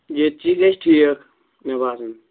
ییٚتہِ چی گژھِ ٹھیٖک مےٚ باسان